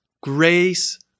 grace